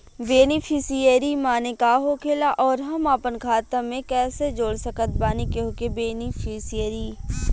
Beneficiary माने का होखेला और हम आपन खाता मे कैसे जोड़ सकत बानी केहु के बेनीफिसियरी?